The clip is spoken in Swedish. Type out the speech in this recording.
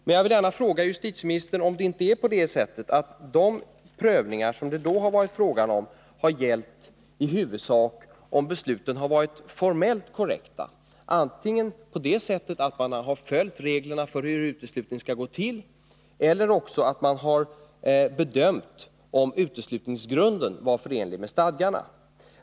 Men jag vill ändå fråga justitieministern om det inte är på det sättet att de prövningarna i huvudsak har gällt om besluten har varit formellt korrekta, antingen på det sättet att man har bedömt om en uteslutning har följt reglerna för hur en sådan skall gå till eller också så att man har bedömt om uteslutningsgrunden var förenlig med stadgarna.